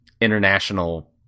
International